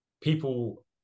people